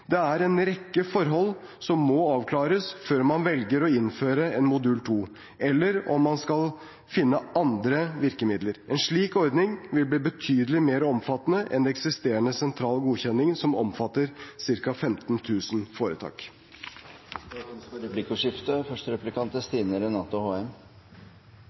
Det er en rekke forhold som må avklares før man velger å innføre en modul 2 eller skal finne andre virkemidler. En slik ordning vil bli betydelig mer omfattende enn den eksisterende sentrale godkjenningen, som omfatter ca. 15 000 foretak. Det åpnes for replikkordskifte.